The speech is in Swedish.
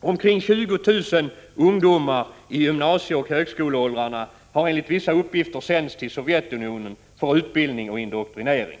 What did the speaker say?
Omkring 20 000 ungdomar i gymnasieoch högskoleåldrarna har enligt vissa uppgifter sänts till Sovjetunionen för utbildning och indoktrinering.